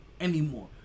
anymore